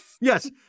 yes